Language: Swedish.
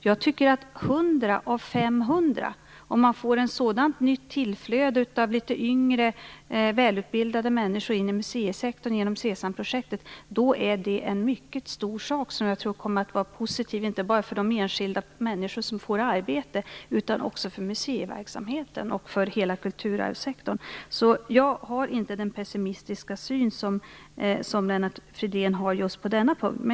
Jag tycker om man får ett sådant nytt tillflöde av litet yngre, välutbildade människor till museisektorn genom SESAM-projektet som 100 personer av 500 är det en mycket stor sak som kommer att vara positiv inte bara för de enskilda människor som får arbete utan också för museiverksamheten och för hela kulturarvssektorn. Jag har alltså inte den pessimistiska syn som Lennart Fridén har just på denna punkt.